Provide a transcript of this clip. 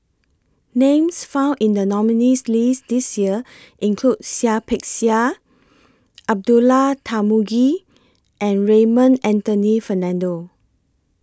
Names found in The nominees' list This Year include Seah Peck Seah Abdullah Tarmugi and Raymond Anthony Fernando